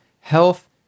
health